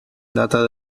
data